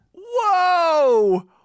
Whoa